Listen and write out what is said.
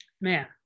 man